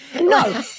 No